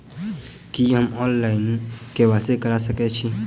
की हम online, KYC करा सकैत छी?